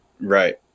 Right